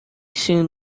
soon